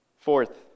Fourth